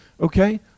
Okay